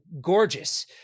gorgeous